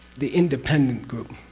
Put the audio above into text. the independent group,